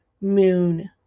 moon